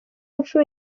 nshuro